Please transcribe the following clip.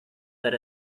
that